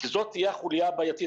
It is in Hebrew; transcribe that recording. כי זאת תהיה החוליה הבעייתית,